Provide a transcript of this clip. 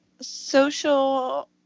social